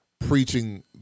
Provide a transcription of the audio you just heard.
preaching